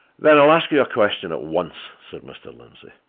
then i'll ask you a question at once, said mr. lindsey.